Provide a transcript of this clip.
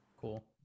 Cool